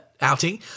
outing